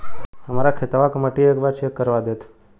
हमरे खेतवा क मटीया एक बार चेक करवा देत?